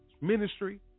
ministry